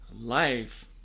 Life